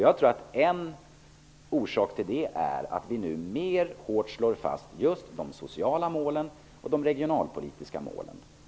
Jag tror att en orsak till det är att vi nu hårdare slår fast de sociala målen och de regionalpolitiska målen.